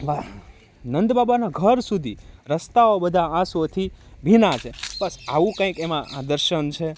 વાહ નંદબાબાના ઘર સુધી રસ્તાઓ બધા આંસુઓથી ભીના છે બસ આવું કંઈક એમાં દર્શન છે